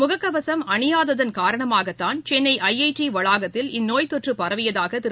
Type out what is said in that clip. முகக்கவசம் அனியாததன் னரணமாகதாள் சென்னை ஐஐடி வளாகத்தில் இந்நோய்த்தொற்று பரவியதாக திரு